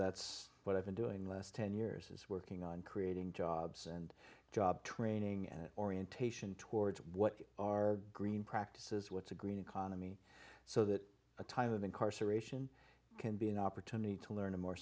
that's what i've been doing last ten years is working on creating jobs and job training and orientation towards what are green practices what's a green economy so that a type of incarceration can be an opportunity to learn a more